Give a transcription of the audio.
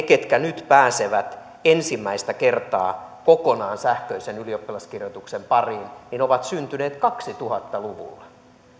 ketkä nyt pääsevät ensimmäistä kertaa kokonaan sähköisen ylioppilaskirjoituksen pariin ovat syntyneet kaksituhatta luvulla